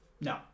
No